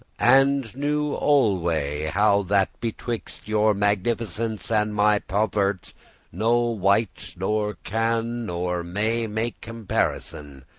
and knew alway, how that betwixte your magnificence and my povert' no wight nor can nor may make comparison,